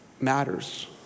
matters